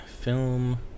Film